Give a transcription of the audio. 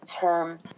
term